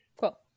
Cool